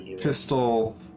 pistol